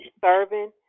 serving